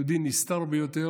יהודי נסתר ביותר,